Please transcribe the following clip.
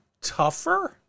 tougher